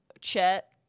Chet